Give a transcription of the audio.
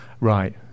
Right